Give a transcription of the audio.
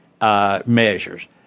measures